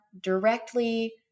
directly